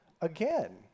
again